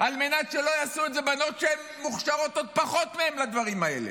על מנת שלא יעשו את זה בנות שהן מוכשרות עוד פחות מהם לדברים האלה,